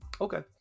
Okay